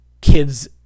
kids